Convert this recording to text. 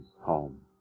home